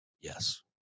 yes